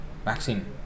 Vaccine